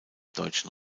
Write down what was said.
deutschen